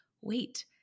wait